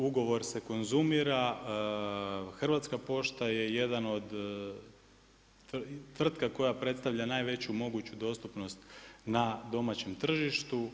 Ugovor se konzumira, Hrvatska pošta je jedna od tvrtka koja predstavlja najveću moguću dostupnost na domaćem tržištu.